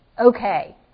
okay